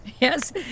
Yes